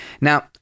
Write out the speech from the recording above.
Now